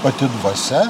pati dvasia